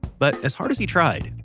but as hard as he tried,